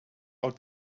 out